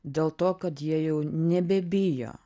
dėl to kad jie jau nebebijo